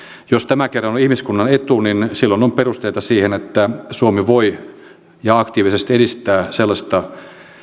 jos tämä kerran on ihmiskunnan etu niin silloin on perusteita siihen että suomi voi aktiivisesti edistää sellaista